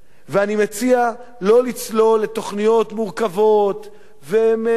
אני מציע לא לצלול לתוכניות מורכבות ומסובכות.